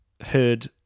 heard